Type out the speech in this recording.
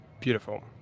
Beautiful